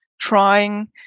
trying